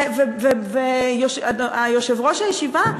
ויושב-ראש הישיבה,